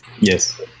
Yes